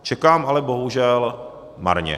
Čekám ale bohužel marně.